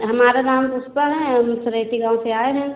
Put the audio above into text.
हमारा नाम पुष्पा है हम सरेठी गाँव से आए हैं